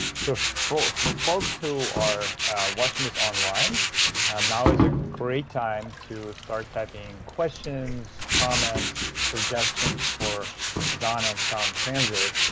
so for for folks who are watching this online now is a great time to start typing questions, comments, suggestions for donna and sound transit.